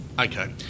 Okay